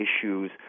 issues